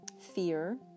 fear